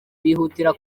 bihutira